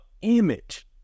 image